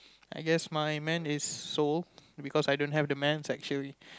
I guess my man is sold because I don't have the man sexually